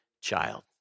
child